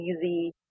easy